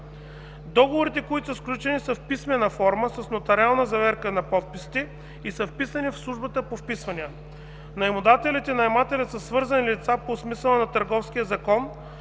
Сключените договори са в писмена форма с нотариална заверка на подписите и са вписани в Службата по вписванията. Наемодателят и наемателят са свързани лица по смисъла на Търговския закон,